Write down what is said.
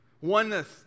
Oneness